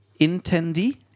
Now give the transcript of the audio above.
intendi